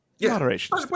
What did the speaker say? Moderation